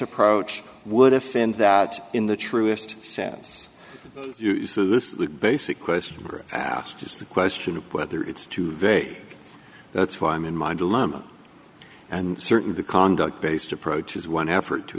approach would offend that in the truest sense uses this basic question asked is the question of whether it's too vague that's why i'm in my dilemma and certainly the conduct based approach is one effort to